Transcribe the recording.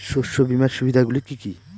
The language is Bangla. শস্য বীমার সুবিধা গুলি কি কি?